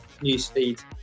newsfeed